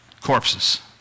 corpses